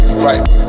Right